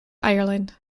ireland